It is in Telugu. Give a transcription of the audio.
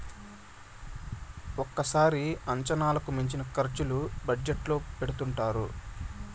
ఒక్కోసారి అంచనాలకు మించిన ఖర్చులు బడ్జెట్ లో పెడుతుంటారు